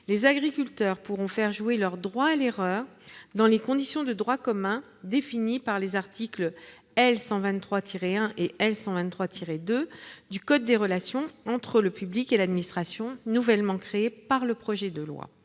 les agriculteurs pourront faire jouer leur droit à l'erreur dans les conditions de droit commun définies aux articles L. 123-1 et L. 123-2 du code des relations entre le public et l'administration, nouvellement créés par le projet de loi.